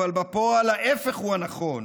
אבל בפועל ההפך הוא הנכון: